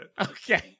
Okay